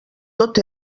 tot